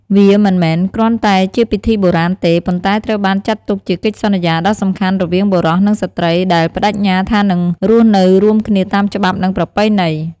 វាមិនមែនគ្រាន់តែជាពិធីបុរាណទេ ប៉ុន្តែត្រូវបានចាត់ទុកជាកិច្ចសន្យាដ៏សំខាន់រវាងបុរសនិងស្ត្រី ដែលប្តេជ្ញាថានឹងរស់នៅរួមគ្នាតាមច្បាប់ និង ប្រពៃណី។